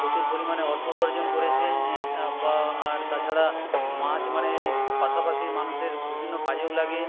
প্রচুর পরিমাণে অর্থ উপার্জন করেছে বা আর তাছাড়া মাছ মানে পাশাপাশি মানুষের বিভিন্ন কাজেও লাগে